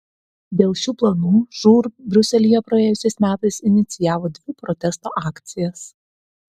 dėl šių planų žūr briuselyje praėjusiais metais inicijavo dvi protesto akcijas